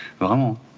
vraiment